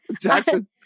Jackson